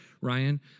Ryan